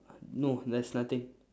no there's nothing